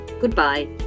goodbye